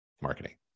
marketing